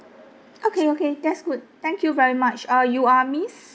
okay okay that's good thank you very much uh you are miss